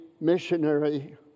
missionary